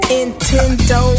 Nintendo